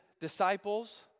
disciples